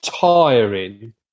tiring